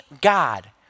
God